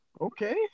Okay